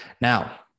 Now